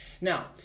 Now